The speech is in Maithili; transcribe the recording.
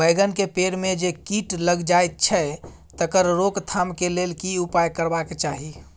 बैंगन के पेड़ म जे कीट लग जाय छै तकर रोक थाम के लेल की उपाय करबा के चाही?